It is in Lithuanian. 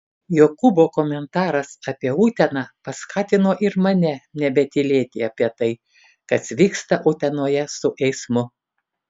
jokūbo komentaras apie uteną paskatino ir mane nebetylėti apie tai kas vyksta utenoje su eismu